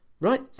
Right